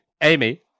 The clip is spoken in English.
Amy